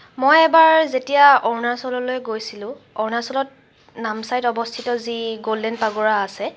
মই এবাৰ যেতিয়া অৰুণাচললৈ গৈছিলো অৰুণাচলত নামচাইত অৱস্থিত যি গল্ডেন পেগুডা আছে